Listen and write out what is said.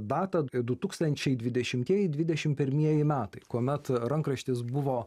datą du tūkstančiai dvidešimtieji dvidešim pirmieji metai kuomet rankraštis buvo